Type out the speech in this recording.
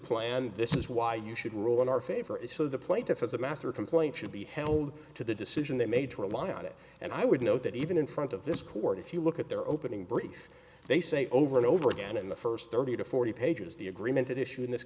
plan and this is why you should rule in our favor is so the plaintiff is a master complaint should be held to the decision they made to rely on it and i would note that even in front of this court if you look at their opening brief they say over and over again in the first thirty to forty pages the agreement at issue in this